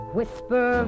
Whisper